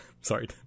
Sorry